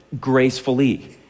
gracefully